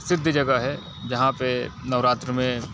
सिद्ध जगह है जहाँ पे नवरात्र में